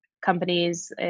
companies